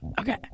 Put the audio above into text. Okay